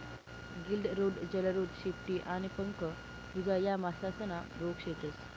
गिल्ड रोग, जलोदर, शेपटी आणि पंख कुजा या मासासना रोग शेतस